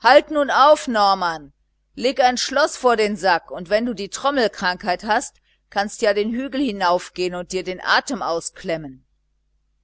halt nun auf norman leg ein schloß vor den sack und wenn du die trommelkrankheit hast kannst du ja auf den hügel hinaufgehen und dir den atem ausklemmen